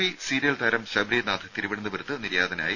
V serial താരം ശബരീനാഥ് തിരുവനന്തപുരത്ത് നിര്യാതനായി